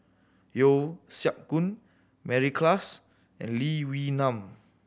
Yeo Siak Goon Mary Klass and Lee Wee Nam